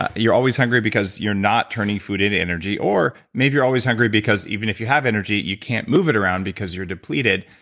ah you're always hungry because you're not turning food into energy or maybe you're always hungry because even if you have energy, you can't move it around because you're depleted,